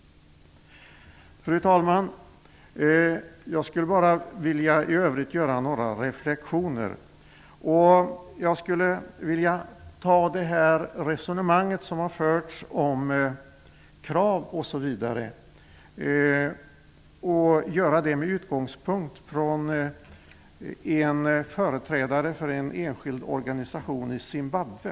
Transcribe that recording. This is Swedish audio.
Fru talman! I övrigt skulle jag vilja göra några reflexioner. Jag skulle vilja ta upp resonemanget som förts om krav, med utgångspunkt från en företrädare för en enskild organisation i Zimbabwe.